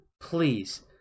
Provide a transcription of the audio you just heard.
Please